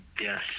Yes